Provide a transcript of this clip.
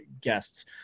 guests